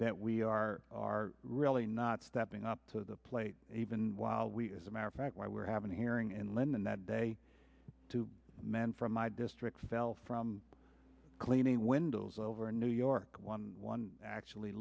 that we are really not stepping up to the plate even while we as a matter of fact why we're having a hearing in london that day two men from my district fell from cleaning windows over a new york one one actually